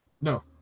No